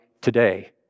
today